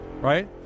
right